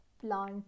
plant